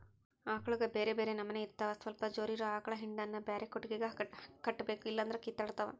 ಆಕಳುಗ ಬ್ಯೆರೆ ಬ್ಯೆರೆ ನಮನೆ ಇರ್ತವ ಸ್ವಲ್ಪ ಜೋರಿರೊ ಆಕಳ ಹಿಂಡನ್ನು ಬ್ಯಾರೆ ಕೊಟ್ಟಿಗೆಗ ಕಟ್ಟಬೇಕು ಇಲ್ಲಂದ್ರ ಕಿತ್ತಾಡ್ತಾವ